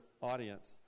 audience